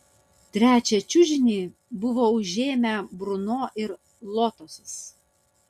trečią čiužinį buvo užėmę bruno ir lotosas